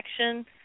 action